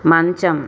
మంచం